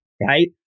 right